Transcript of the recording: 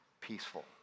peaceful